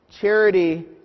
Charity